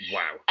Wow